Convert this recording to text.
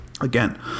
again